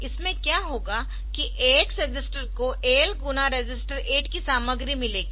इसमें क्या होगा कि AX रजिस्टर को AL गुना रजिस्टर 8 की सामग्री मिलेगी